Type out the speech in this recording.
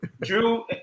Drew